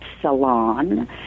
salon